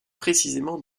précisément